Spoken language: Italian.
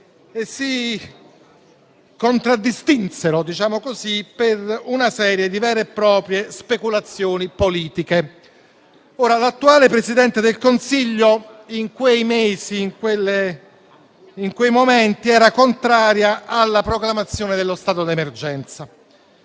e si contraddistinsero per una serie di vere e proprie speculazioni politiche. L'attuale Presidente del Consiglio, in quei mesi, in quei momenti, era contraria alla proclamazione dello stato d'emergenza.